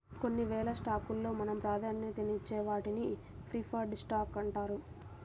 కొన్ని వేల స్టాక్స్ లో మనం ప్రాధాన్యతనిచ్చే వాటిని ప్రిఫర్డ్ స్టాక్స్ అంటారు